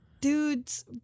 dudes